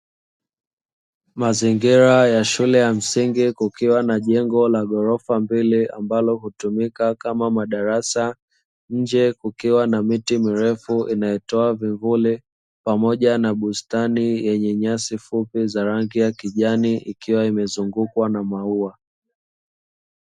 Mazingira ya shule ya msingi kukiwa na jengo la ghorofa mbili ambalo hutumika kama madarasa, nje kukiwa na miti mirefu inayotoa vivuli pamoja na bustani yenye nyasi fupi za rangi ya kijani, ikiwa imezungukwa na maua.